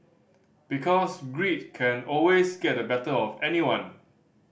because greed can always get the better of anyone